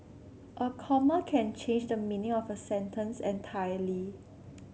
a comma can change the meaning of a sentence entirely